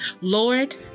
Lord